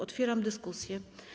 Otwieram dyskusję.